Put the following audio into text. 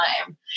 time